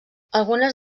algunes